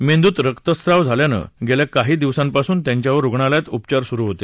मेंदूत रक्तस्राव झाल्यानं गेल्या काही दिवसांपासून त्यांच्यावर रुग्णालयात उपचार सुरू होते